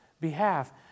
behalf